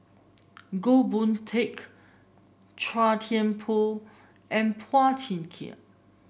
Goh Boon Teck Chua Thian Poh and Phua Thin Kiay